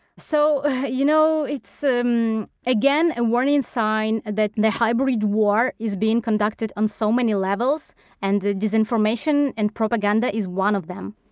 so you know it's um again a warning sign that the hybrid war is being conducted on so many levels and the disinformation and propaganda is one of them.